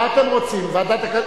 מה אתם רוצים, ועדת,